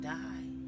die